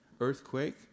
Earthquake